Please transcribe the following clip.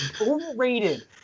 Overrated